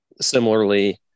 Similarly